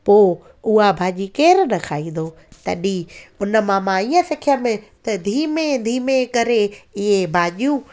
पोइ उहा भाॼी केरु न खाईंदो तॾहिं उन मां मां ईअं सिखियमि त धीमे धीमे करे इहे भाॼियूं